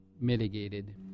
mitigated